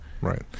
Right